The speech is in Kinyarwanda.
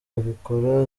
abikora